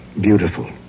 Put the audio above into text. Beautiful